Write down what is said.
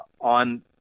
on